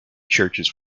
churches